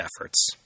efforts